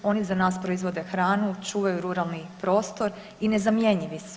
Oni za nas proizvode hranu, čuvaju ruralni prostor i nezamjenjivi su.